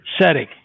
setting